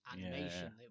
animation